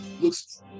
looks